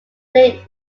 play